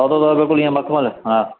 सौदो ईंअ जीअं मख़मल